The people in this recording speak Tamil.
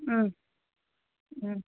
ம் ம்